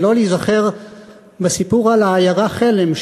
שלא להיזכר בסיפור על העיירה חלם,